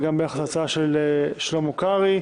וגם ביחס להצעה של שלמה קרעי.